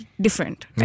different